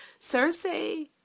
Cersei